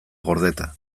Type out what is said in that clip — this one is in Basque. gordeta